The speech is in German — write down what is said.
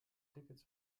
tickets